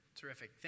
terrific